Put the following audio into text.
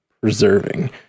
preserving